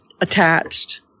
attached